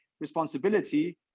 responsibility